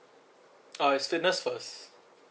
uh it's fitness first